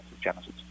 genesis